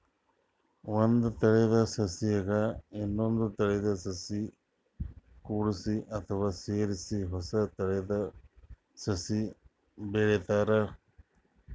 ಒಂದ್ ತಳೀದ ಸಸಿಗ್ ಇನ್ನೊಂದ್ ತಳೀದ ಸಸಿ ಕೂಡ್ಸಿ ಅಥವಾ ಸೇರಿಸಿ ಹೊಸ ತಳೀದ ಸಸಿ ಬೆಳಿತಾರ್